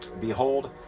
Behold